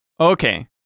Okay